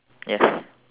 yes